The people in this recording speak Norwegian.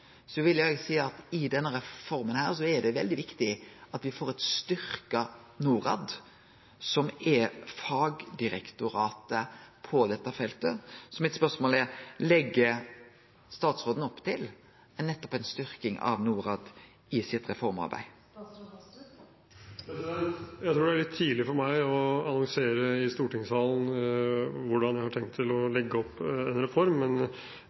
som er fagdirektoratet på dette feltet. Mitt spørsmål er: Legg statsråden opp til ei styrking av Norad i sitt reformarbeid? Jeg tror det er litt tidlig for meg å annonsere i stortingssalen hvordan jeg har tenkt å legge opp en reform.